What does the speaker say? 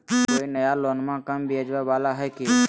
कोइ नया लोनमा कम ब्याजवा वाला हय की?